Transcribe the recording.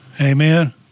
Amen